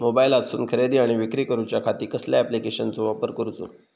मोबाईलातसून खरेदी आणि विक्री करूच्या खाती कसल्या ॲप्लिकेशनाचो वापर करूचो?